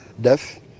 death